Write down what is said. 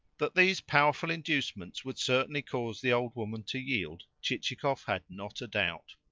that these powerful inducements would certainly cause the old woman to yield chichikov had not a doubt.